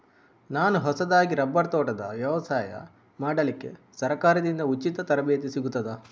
ನಾನು ಹೊಸದಾಗಿ ರಬ್ಬರ್ ತೋಟದ ವ್ಯವಸಾಯ ಮಾಡಲಿಕ್ಕೆ ಸರಕಾರದಿಂದ ಉಚಿತ ತರಬೇತಿ ಸಿಗುತ್ತದಾ?